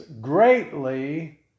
greatly